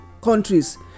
countries